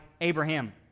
Abraham